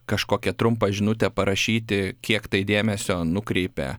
kažkokią trumpą žinutę parašyti kiek tai dėmesio nukreipia